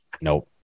Nope